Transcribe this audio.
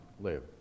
live